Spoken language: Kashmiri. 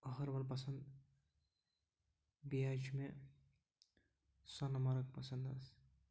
أہربَل پَسنٛد بیٚیہِ حظ چھُ مےٚ سۄنہٕ مَرٕگ پَسنٛد حظ